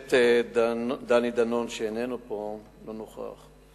הכנסת דני דנון, שאיננו פה, לא נוכח,